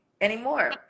anymore